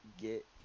get